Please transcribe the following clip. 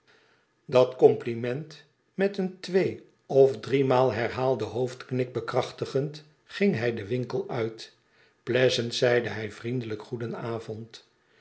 dat compliment met een twee of driemaal herhaalden hoofdknik bekrachtigend ging hij den winkel uit pleasant zeide hij vriendelijk